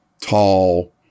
tall